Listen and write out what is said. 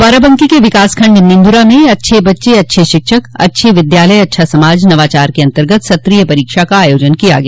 बाराबंकी क विकासखंड निन्दुरा में अच्छे बच्चे अच्छे शिक्षक अच्छे विद्यालय अच्छा समाज नवाचार के अन्तर्गत सत्रीय परीक्षा का आयोजन किया गया